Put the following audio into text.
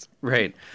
Right